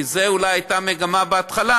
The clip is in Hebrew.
כי זו אולי הייתה המגמה בהתחלה,